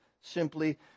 simply